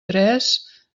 tres